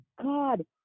God